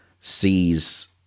sees